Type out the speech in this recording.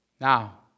Now